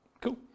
Cool